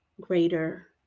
greater